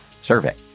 survey